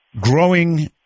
growing